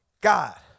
God